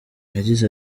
yagize